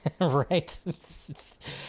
right